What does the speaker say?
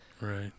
Right